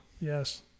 Yes